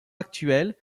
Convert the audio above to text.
actuel